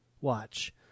watch